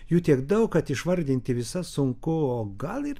jų tiek daug kad išvardinti visas sunku o gal ir